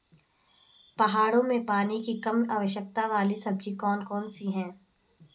पहाड़ों में पानी की कम आवश्यकता वाली सब्जी कौन कौन सी हैं?